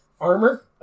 armor